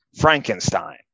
Frankenstein